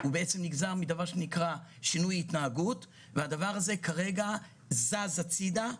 הוא בעצם נגזר מדבר שנקרא שינוי התנהגות והדבר הזה כרגע זז הצידה,